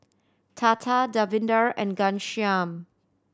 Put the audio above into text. Tata Davinder and Ghanshyam